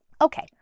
Okay